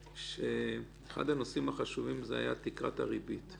אחד הנושאים החשובים זה היה תקרת הריבית.